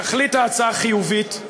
תכלית ההצעה חיובית,